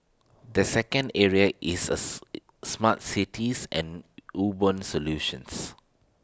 the second area is earth smart cities and urban solutions